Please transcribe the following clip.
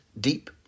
deep